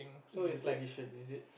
limited edition is it